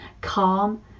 calm